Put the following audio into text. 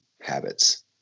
habits